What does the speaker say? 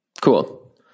Cool